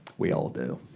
we all do.